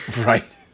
Right